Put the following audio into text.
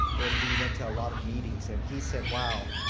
and we went to a lot of meetings. and he said, wow,